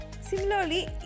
Similarly